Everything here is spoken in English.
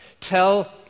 tell